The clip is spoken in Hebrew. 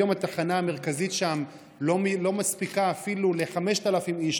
היום התחנה המרכזית שם לא מספיקה אפילו ל-5,000 איש,